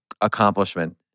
accomplishment